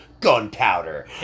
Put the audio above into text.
gunpowder